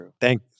thank